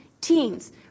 teens